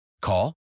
Call